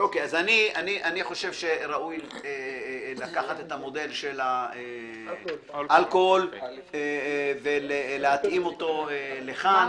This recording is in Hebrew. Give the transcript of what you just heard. אני חושב שראוי לקחת את המודל של האלכוהול ולהתאים אותו לכאן.